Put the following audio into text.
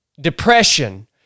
depression